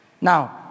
Now